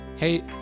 Hey